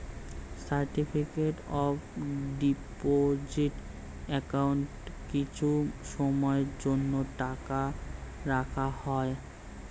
certificate of deposit অ্যাকাউন্টে কিছু সময়ের জন্য টাকা রাখা হয়